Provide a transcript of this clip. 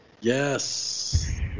Yes